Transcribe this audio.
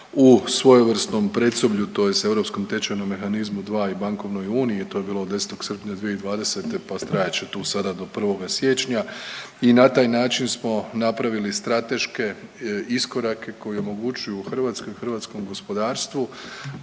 u svojevrsnom predsoblju, tj. Europskom tečajnom mehanizmu 2 i bankovnoj uniji jer je to bilo do 10. srpnja 2020. pa trajat će tu sada do 1. siječnja i na taj način smo napravili strateške iskorake koji omogućuju Hrvatskoj i hrvatskom gospodarstvu